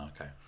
okay